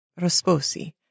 Rosposi